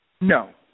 No